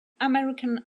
american